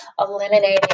eliminating